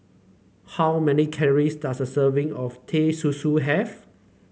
how many calories does a serving of Teh Susu have